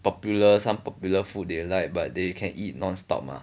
popular some popular food they liked but they you can eat non stop mah